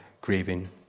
grieving